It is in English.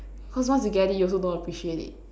cause once you get it you also don't appreciate it